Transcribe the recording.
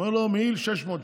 הוא אומר לו: המעיל, 600 שקל.